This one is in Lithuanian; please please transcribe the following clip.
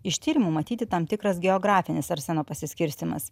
iš tyrimų matyti tam tikras geografinis arseno pasiskirstymas